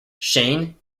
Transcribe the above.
shane